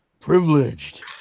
privileged